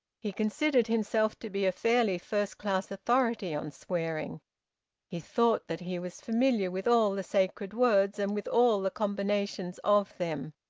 he considered himself to be a fairly first-class authority on swearing he thought that he was familiar with all the sacred words and with all the combinations of them.